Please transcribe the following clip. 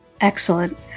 excellent